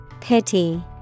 Pity